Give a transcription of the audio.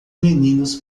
meninos